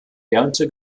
ernte